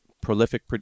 prolific